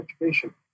education